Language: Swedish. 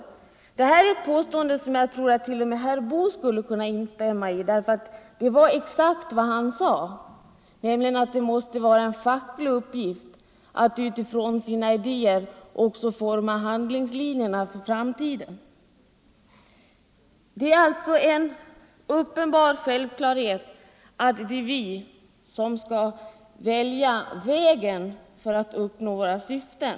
Detta är ett påstående som jag tror att t.o.m. herr Boo skulle kunna instämma i. Han sade nämligen själv just att det måste vara en facklig uppgift att utifrån sina idéer också utforma handlingslinjerna för framtiden. Det är alltså en uppenbar självklarhet att det är vi inom fackföreningsrörelsen som skall välja vilken väg vi vill gå för att uppnå våra syften.